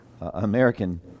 American